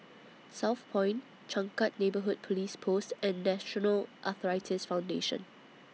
Southpoint Changkat Neighbourhood Police Post and National Arthritis Foundation